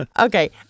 okay